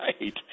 right